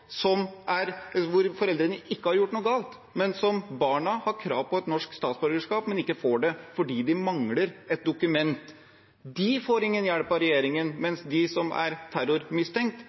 foreldrene ikke har gjort noe galt, og der barna har krav på et norsk statsborgerskap, men ikke får det fordi de mangler et dokument. De får ingen hjelp av regjeringen, mens de som er terrormistenkt,